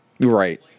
Right